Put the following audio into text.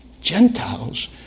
Gentiles